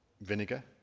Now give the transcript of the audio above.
vinegar